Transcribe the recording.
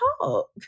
talk